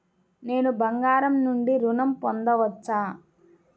నేను బంగారం నుండి ఋణం పొందవచ్చా?